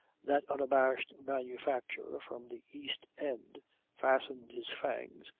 that unabashed manufacturer from the east end fastened his fangs,